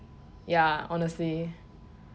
ya honesty